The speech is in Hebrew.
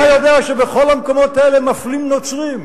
אתה יודע שבכל המקומות האלה מפלים נוצרים.